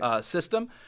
system